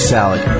Salad